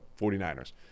49ers